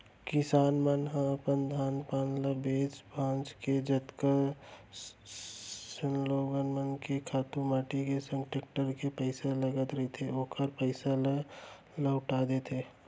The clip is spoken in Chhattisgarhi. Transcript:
किसान मन ह अपन धान पान ल बेंच भांज के जतका सब लोगन मन के खातू माटी के संग टेक्टर के पइसा लगत रहिथे ओखर पइसा ल लहूटा देथे